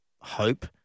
hope